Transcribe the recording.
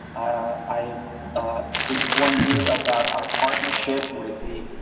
i've informed you about our partnership with the.